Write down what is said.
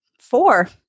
four